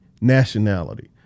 nationality